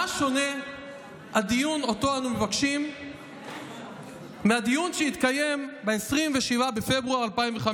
במה שונה הדיון שאנו מבקשים מהדיון שהתקיים ב-27 בפברואר 2005?